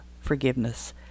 forgiveness